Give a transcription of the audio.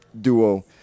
duo